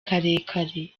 karekare